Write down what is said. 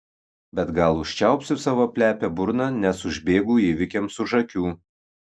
bet gal užčiaupsiu savo plepią burną nes užbėgu įvykiams už akių